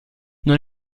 non